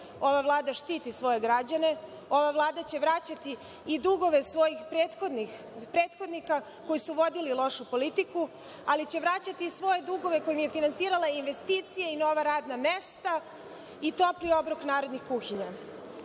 ova Vlada štiti svoje građane, ova Vlada će vraćati i dugove svojih prethodnika koji su vodili lošu politiku, ali će vraćati i svoje dugove kojima je finansirala investicije i nova radna mesta i topli obrok narodnih kuhinja.